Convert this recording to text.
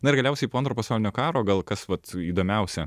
na ir galiausiai po antro pasaulinio karo gal kas vat įdomiausia